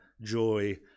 joy